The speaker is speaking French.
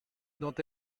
dont